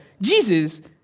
Jesus